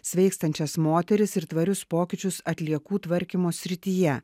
sveikstančias moteris ir tvarius pokyčius atliekų tvarkymo srityje